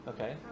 Okay